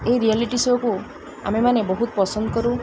ଏହି ରିଆଲିଟି ଶୋକୁ ଆମେମାନେ ବହୁତ ପସନ୍ଦ କରୁ